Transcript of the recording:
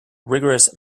rigorous